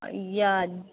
या